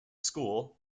school